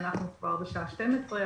ואנחנו כבר בשעה 12,